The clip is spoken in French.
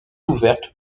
ouverte